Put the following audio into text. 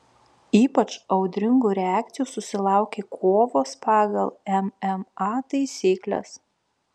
ypač audringų reakcijų susilaukė kovos pagal mma taisykles